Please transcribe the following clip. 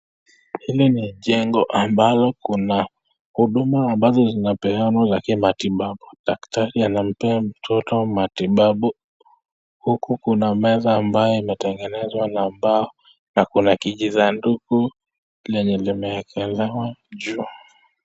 Hili ni chengo ambalo Kuna huduma ambazo zinapeanwa za kimatibabu, Daktari anampea mtoto matibabu huku Kuna meza ambayo imetengenewa na mbao na Kuna kijisanduku lenye limeekelewa juu.